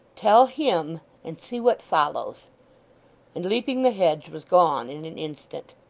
tell him and see what follows and leaping the hedge, was gone in an instant.